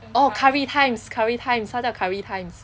oh curry times curry times 它叫 curry times